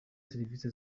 servisi